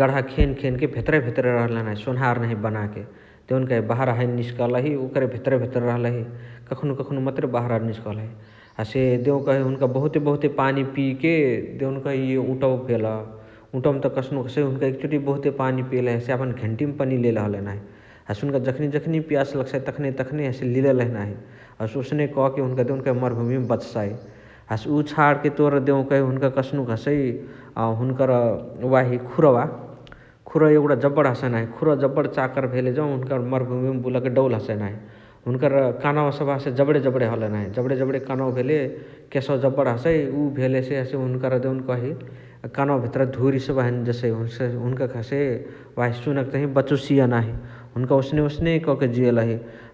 गण्हा खेन खेन के भेतरही भेतरही रहलही नाही सोनर्ह नहिया बनाके । देउनकही बहरा हैने निस्कलही ओकरे भितरे भितरा रहलही । कखानु कखानु मतुरे बहरा निस्कलही । हसे देउकही हुनुका बहुते बहुते पानी पिके देउनकही इअ उटवा भेल । उटवकता कस्नुक हसइ हुन्का एकेचोटिया बहुते बहुते पानी पिअलही नाही । हसे यापन घेन्टियामा पनिया लेले हलही नाही । हसे हुन्क जखानेए जखानेए पियास लगसाइ तखानेए तखानेए हसे लीलालही नाही । हसे ओसने कके हुनुका देउकही मरभुमिमा बचसाइ । हसे उ छणके तोर देउकही हुनुका कस्नुक हसइ अ हुनुकर वाही खुरवा । खुरवा एगुणा जबण हसइ नाही । खुरवा जबण चाकर भेले जौ हुन्कर मर्भुमियमा बुलके डौल हसइ नाही । हुन्कर कनवा हसे जबण जबण हसएए नाही । जबणे जबणे कनवा भेले केसवा जबण हसइ उ भेलेसे हसे हुन्कर देउनकही कनवा भेतरअ धुरी सबह हैने जेसइ । हुन्कके हसे वाही सुअन्ते तहिया बचोसिय नाही । हुन्का ओसने ओसने कके जियलही ।